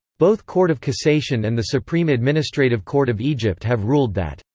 both court of cassation and the supreme administrative court of egypt have ruled that,